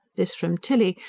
this from tilly,